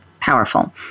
powerful